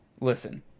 Listen